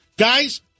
Guys